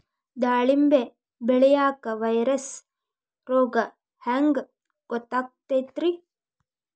ದಾಳಿಂಬಿ ಬೆಳಿಯಾಗ ವೈರಸ್ ರೋಗ ಹ್ಯಾಂಗ ಗೊತ್ತಾಕ್ಕತ್ರೇ?